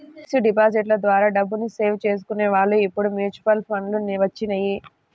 fixed డిపాజిట్ల ద్వారా డబ్బుని సేవ్ చేసుకునే వాళ్ళు ఇప్పుడు మ్యూచువల్ ఫండ్లు వచ్చినియ్యి